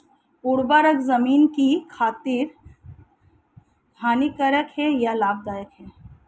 उर्वरक ज़मीन की खातिर हानिकारक है या लाभदायक है?